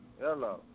Hello